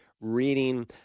reading